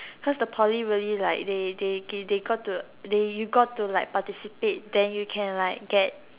cause the Poly really like they they they got to they you got to participate then you can like get